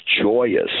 joyous